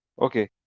okay